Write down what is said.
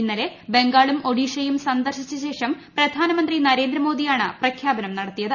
ഇന്നലെ ബംഗാളും ഒഡീഷയും സന്ദർശിച്ച ശേഷം പ്രധാനമന്ത്രി നരേന്ദ്രമോദിയാണ് പ്രഖ്യാപനം നടത്തിയത്